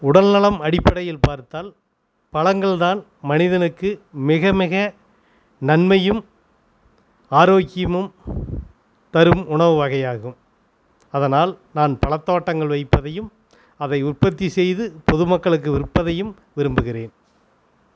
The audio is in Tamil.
உடல் நலம் அடிப்படையில் பார்த்தால் பழங்கள் தான் மனிதனுக்கு மிக மிக நன்மையும் ஆரோக்கியமும் தரும் உணவு வகையாகும் அதனால் நான் பழத்தோட்டங்கள் வைப்பதையும் அதை உற்பத்தி செய்து பொதுமக்களுக்கு விற்பதையும் விரும்புகிறேன்